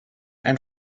ein